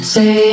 Say